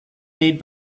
made